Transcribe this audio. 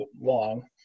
long